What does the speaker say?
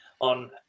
on